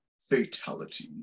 Fatality